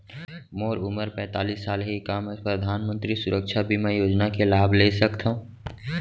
मोर उमर पैंतालीस साल हे का मैं परधानमंतरी सुरक्षा बीमा योजना के लाभ ले सकथव?